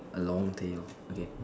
a long day hor okay